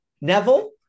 neville